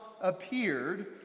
appeared